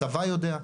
הצבא יודע.